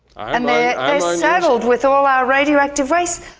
and they're saddled with all our radioactive waste.